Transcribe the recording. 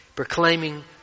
proclaiming